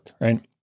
right